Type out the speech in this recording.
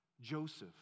joseph